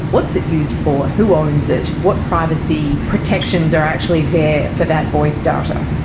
what's it used for, who owns it, what privacy protections are actually there for that voice data?